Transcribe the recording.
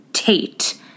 Tate